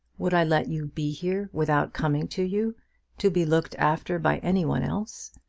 would i let you be here without coming to you to be looked after by any one else?